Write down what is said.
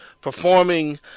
performing